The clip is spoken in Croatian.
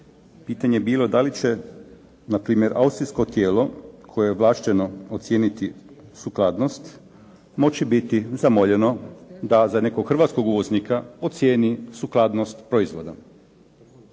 Pitanje je bilo da li će na primjer austrijsko tijelo koje je ovlašteno ocijeniti sukladnost moći biti zamoljeno da za nekog hrvatskog uvoznika ocijeni sukladnost proizvoda.